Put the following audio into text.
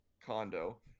condo